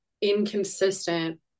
inconsistent